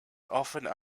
often